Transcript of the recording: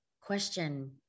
question